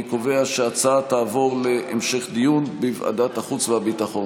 אני קובע שההצעה תעבור להמשך דיון בוועדת החוץ והביטחון.